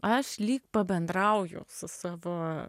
aš lyg pabendrauju su savo